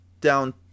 down